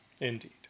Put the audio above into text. Indeed